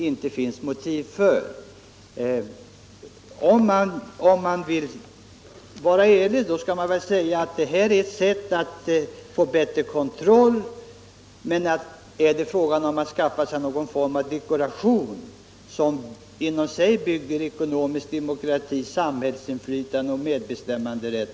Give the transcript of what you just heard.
Om man vill vara ärlig, skall man väl säga att vad som föreslogs i propositionen är ett sätt att få bättre kontroll över bankerna. Eller är det bara fråga om att skaffa sig någon form av dekoration, som ger sken av ekonomisk demokrati, samhällsinflytande och medbestämmanderätt?